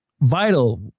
vital